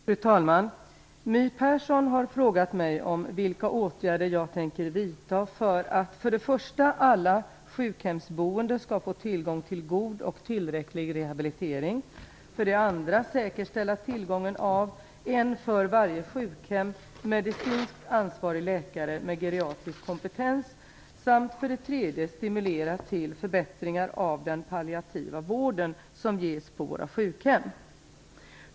Fru talman! My Persson har frågat mig om vilka åtgärder jag tänker vidta för att a) alla sjukhemsboende skall få tillgång till god och tillräcklig rehabilitering, b) säkerställa tillgången av en för varje sjukhem medicinskt ansvarig läkare med geriatrisk kompetens samt c) stimulera till förbättringar av den palliativa vården som ges på våra sjukhem.